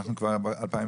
אנחנו כבר ב-2023.